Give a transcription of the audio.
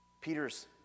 Peter's